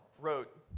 wrote